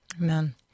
Amen